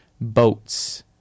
boats